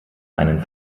einen